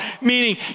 meaning